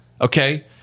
Okay